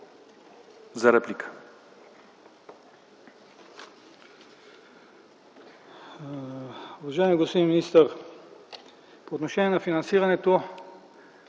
За реплика